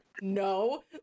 No